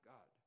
God